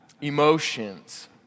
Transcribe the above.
emotions